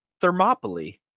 Thermopylae